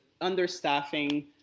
understaffing